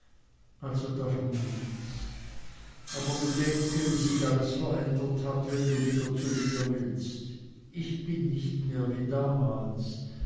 also davon nichts aber bedenke wie sich alles verändert hat wenn du wieder zu mir willst ich bin nicht mehr wie damals